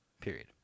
period